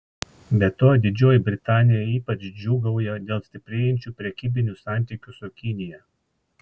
be to didžioji britanija ypač džiūgauja dėl stiprėjančių prekybinių santykių su kinija